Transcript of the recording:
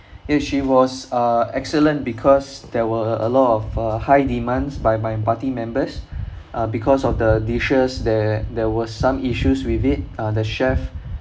yes she was uh excellent because there were a lot of uh high demands by my party members uh because of the dishes there there were some issues with it uh the chef